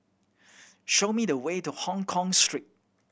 show me the way to Hongkong Street